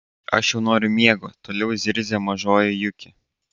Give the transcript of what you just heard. aš jau noriu miego toliau zirzė mažoji juki